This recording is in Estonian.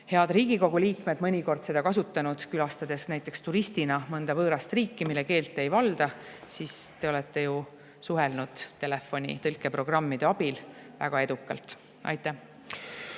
head Riigikogu liikmed, mõnikord seda kasutanud, külastades näiteks turistina mõnda võõrast riiki, mille keelt te ei valda, siis te olete ju suhelnud telefoni tõlkeprogrammide abil väga edukalt. Aitäh!